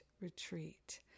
Retreat